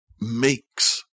makes